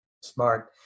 Smart